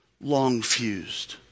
long-fused